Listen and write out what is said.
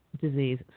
disease